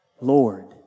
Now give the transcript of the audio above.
Lord